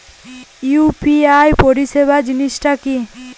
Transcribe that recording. UPI পরিসেবা জিনিসটা কি?